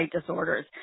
disorders